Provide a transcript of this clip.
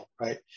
right